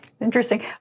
Interesting